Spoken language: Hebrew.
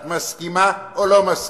את מסכימה או לא מסכימה?